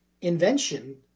invention